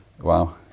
Wow